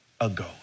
ago